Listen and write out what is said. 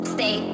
Stay